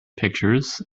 pictures